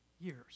years